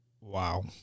Wow